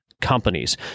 companies